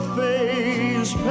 face